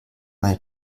meine